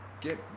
get